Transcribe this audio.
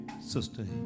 Sister